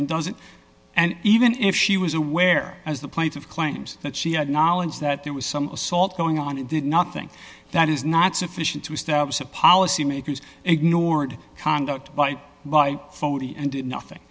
and doesn't and even if he was aware as the plaintive claims that she had knowledge that there was some assault going on and did nothing that is not sufficient to establish that policymakers ignored conduct by forty and did nothing